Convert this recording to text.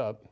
up